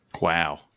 Wow